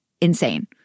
insane